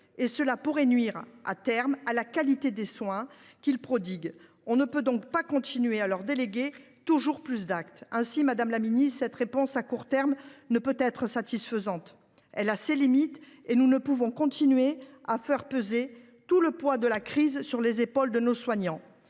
cela pourrait, à terme, nuire à la qualité des soins qu’ils prodiguent. On ne peut donc pas continuer à leur déléguer toujours plus d’actes. Ainsi, madame la ministre, cette réponse de court terme ne peut être satisfaisante. Elle a ses limites, et nous ne pouvons continuer à faire peser tout le poids de la crise sur les épaules de nos soignants.